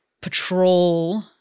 patrol